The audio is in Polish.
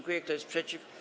Kto jest przeciw?